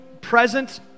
present